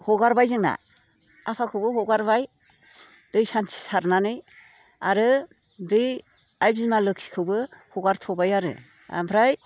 हगारबाय जोंना आफाखौबो हगारबाय दै सान्थि सारनानै आरो बे आइ बिमा लोखिखौबो हगारथ'बाय आरो आमफ्राय